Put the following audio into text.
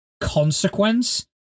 consequence